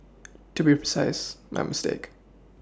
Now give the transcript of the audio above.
to be precise my mistake